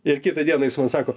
ir kitą dieną jis man sako